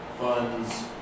funds